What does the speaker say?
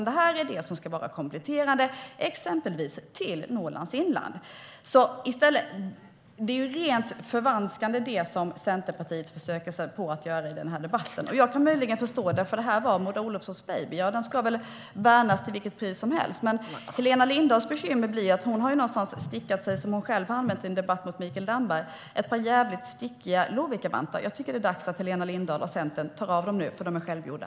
Detta ska vara kompletterande exempelvis till Norrlands inland. Det som Centerpartiet försöker sig på att göra i debatten är rent förvanskande. Jag kan möjligen förstå det, för det var Maud Olofssons baby. Den ska väl värnas till vilket pris som helst. Helena Lindahls bekymmer blir att hon någonstans har stickat sig - ett uttryck som hon själv använt i en debatt med Mikael Damberg - ett par jävligt stickiga lovikkavantar. Jag tycker att det är dags att Helena Lindahl och Centern tar av dem nu, för de är självgjorda.